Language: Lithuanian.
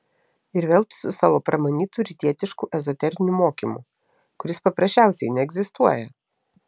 ir vėl tu su savo pramanytu rytietišku ezoteriniu mokymu kuris paprasčiausiai neegzistuoja